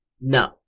No